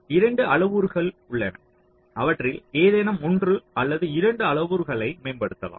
2 அளவுருக்கள் உள்ளன அவற்றில் ஏதேனும் ஒன்று அல்லது இரண்டு அளவுருக்களை மேம்படுத்தலாம்